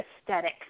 aesthetic